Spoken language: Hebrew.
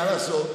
מה לעשות.